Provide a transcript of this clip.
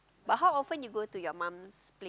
but how often you go to your mum's place